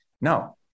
no